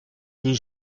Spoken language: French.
des